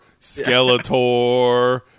Skeletor